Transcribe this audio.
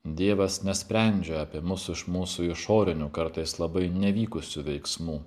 dievas nesprendžia apie mus iš mūsų išorinių kartais labai nevykusių veiksmų